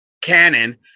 canon